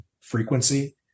frequency